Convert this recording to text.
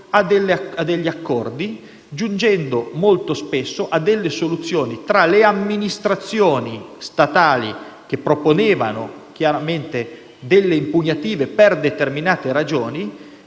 a degli accordi, a delle soluzioni tra le amministrazioni statali, che proponevano chiaramente delle impugnative per determinate ragioni,